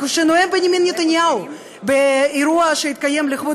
כשנואם בנימין נתניהו באירוע שהתקיים לכבוד